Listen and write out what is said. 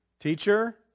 teacher